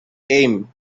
aim